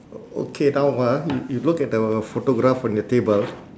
o~ okay now ah y~ you look at the photograph on your table